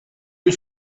you